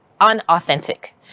unauthentic